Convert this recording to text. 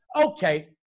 Okay